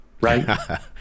right